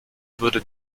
wurde